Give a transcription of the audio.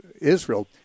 Israel